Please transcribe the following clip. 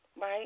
right